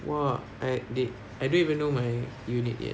!wah! I they I don't even know my unit yet